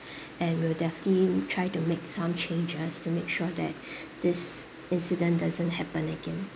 and we'll definitely try to make some changes to make sure that this incident doesn't happen again